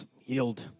Yield